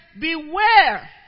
Beware